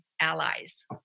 allies